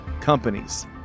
companies